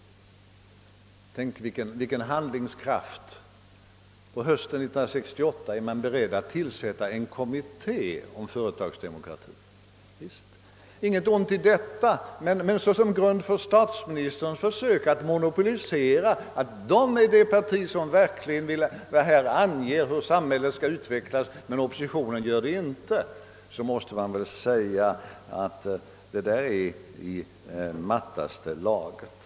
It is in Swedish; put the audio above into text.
Tänk vilken handlingskraft! På hösten 1968 är man beredd att tillsätta en kommitté om företagsdemokratin. Inget ont i det, men som grund för statsministerns försök att monopolisera och förklara att socialdemokraterna är det parti som verkligen vill ange hur samhället skall utvecklas — vilket oppositionen alltså inte gör — måste det väl ändå sägas vara i mattaste laget.